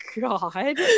god